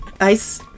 ice